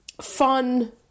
fun